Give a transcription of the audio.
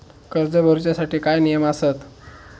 कर्ज भरूच्या साठी काय नियम आसत?